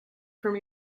from